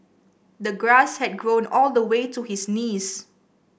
the grass had grown all the way to his knees